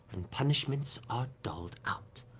and punishments are doled out.